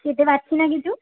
খেতে পারছি না কিছু